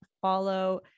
follow